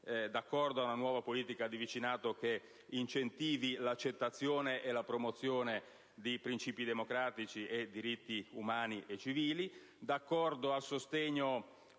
d'accordo su una nuova politica di vicinato che incentivi l'accettazione e la promozione di principi democratici e diritti umani e civili, e concordo anche sul sostegno